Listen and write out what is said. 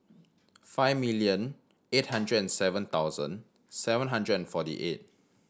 five million eight hundred and seven thousand seven hundred and forty eight